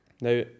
Now